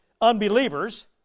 unbelievers